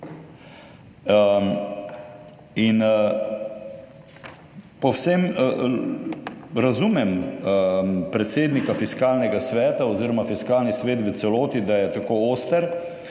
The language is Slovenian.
In povsem razumem predsednika Fiskalnega sveta oziroma Fiskalni svet v celoti, da je tako oster,